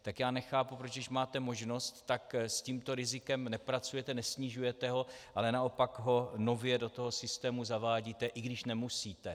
Tak já nechápu, proč když máte možnost, tak s tímto rizikem nepracujete, nesnižujete ho, ale naopak ho nově do toho systému zavádíte, i když nemusíte.